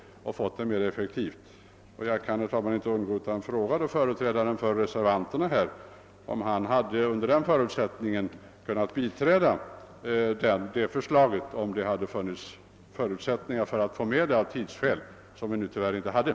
Jag kan inte underlåta att fråga företrädaren för reservanterna, om han under denna förutsättning hade kunnat biträda förslaget, eller eventuellt gått emot det?